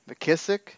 McKissick